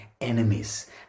enemies